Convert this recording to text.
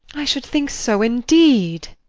i should think so, indeed!